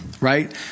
right